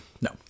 No